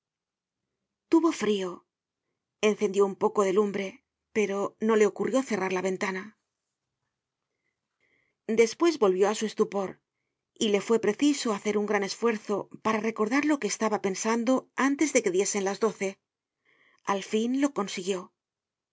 tuvo frio encendió un poco de lumbre pero no le ocurrió cerrar la ventana despues volvió á su estupor y le fue preciso hacer un gran esfuerzo para recordar lo que estaba pensando antes de que diesen las doce al fin lo consiguió